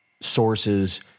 sources